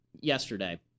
yesterday